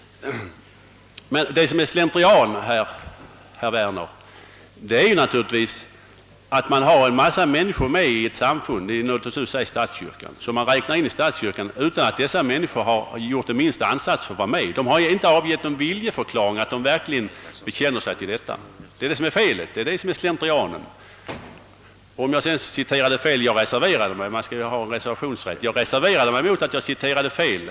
Det som är slentrian, herr Werner, är naturligtvis att en mängd människor är med i ett samfund — låt oss säga statskyrkan — och räknas in i detia utan att ha gjort den minsta ansats för att få vara med. De har inte avgett någon viljeförklaring att de verkligen bekänner sig till statskyrkan. Häri ligger felet och det är detta som är slentrianen. Beträffande citatet vill jag framhålla att jag reserverade mig mot att jag möjligen citerade fel — man skall ju ha reservationsrätt.